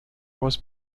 was